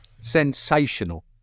Sensational